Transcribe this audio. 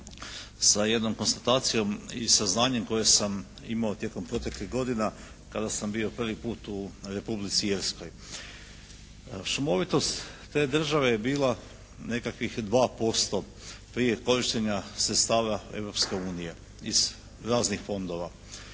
sa jednom konstatacijom i saznanjem koje sam imao tijekom proteklih godina kada sam bio prvi put u Republici Irskoj. Šumovitost te države je bila nekakvih 2% prije korištenja sredstava Europske unije iz raznih fondova.